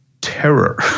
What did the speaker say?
terror